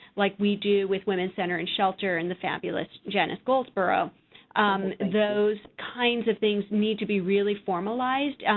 like we do with women's center and shelter, and the fabulous janice goldsborough those kinds of things need to be really formalized.